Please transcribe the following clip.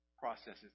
Processes